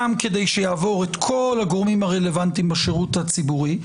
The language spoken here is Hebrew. גם כדי שיעבור את כל הגורמים הרלוונטיים בשירות הציבורי,